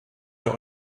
der